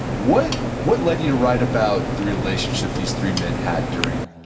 what what led you to write about the relationship these three men had during,